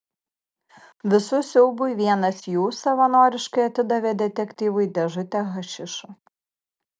visų siaubui vienas jų savanoriškai atidavė detektyvui dėžutę hašišo